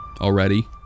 Already